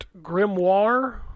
Grimoire